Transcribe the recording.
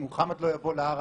אם מוחמד לא יבוא להר,